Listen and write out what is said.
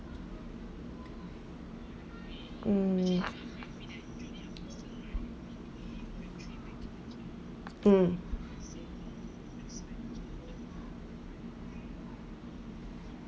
hmm mm